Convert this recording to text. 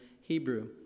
Hebrew